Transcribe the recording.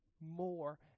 more